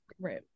right